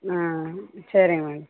ஆ சரிங்க மேம்